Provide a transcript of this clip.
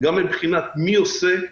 גם מבחינת מי עושה,